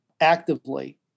actively